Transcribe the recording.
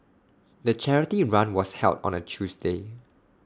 the charity run was held on A Tuesday